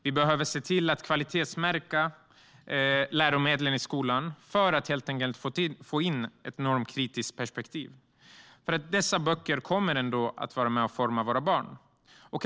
Vi behöver se till att läromedlen i skolan kvalitetsmärks för att helt enkelt få in ett normkritiskt perspektiv, för dessa böcker kommer att vara med och forma våra barn.